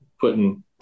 putting